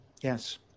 Yes